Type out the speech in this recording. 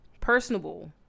personable